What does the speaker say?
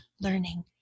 learning